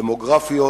דמוגרפיות,